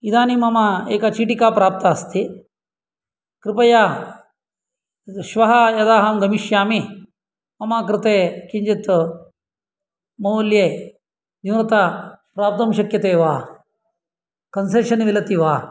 इदानीं मम एका चीटिका प्राप्ता अस्ति कृपया श्वः यदा अहं गमिष्यामि मम कृते किञ्चित् मौल्ये न्यूनता प्राप्तुं शक्यते वा कन्सेशन् मिलति वा